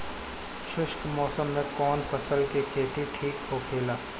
शुष्क मौसम में कउन फसल के खेती ठीक होखेला?